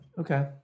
okay